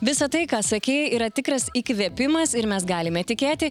visą tai ką sakei yra tikras įkvėpimas ir mes galime tikėti